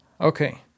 okay